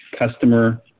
customer